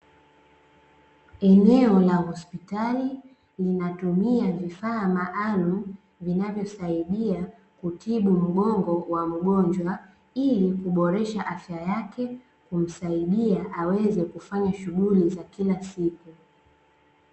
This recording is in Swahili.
Eneo la hospitali, linatumia vifaa maalumu vinavyosaidia kutibu mgongo wa mgonjwa, ili kuboresha afya yake, kumsaidia aweze kufanya shughuli za kila siku.